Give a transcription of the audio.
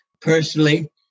personally